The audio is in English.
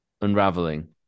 unraveling